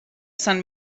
sant